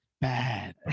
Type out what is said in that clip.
bad